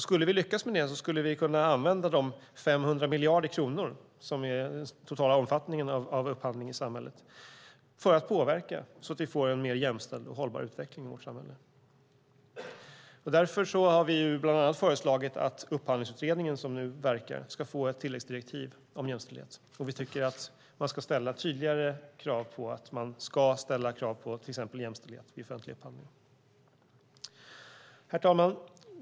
Skulle vi lyckas med det skulle vi kunna använda de 500 miljarder kronor som är den totala omfattningen av upphandling i samhället för att påverka så att vi får en mer jämställd och hållbar utveckling i vårt samhälle. Därför har vi bland annat föreslagit att Upphandlingsutredningen som nu verkar ska få ett tilläggsdirektiv om jämställdhet, och vi tycker att man ska ställa tydligare krav på att man ska ställa krav på till exempel jämställdhet vid offentlig upphandling. Herr talman!